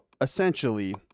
essentially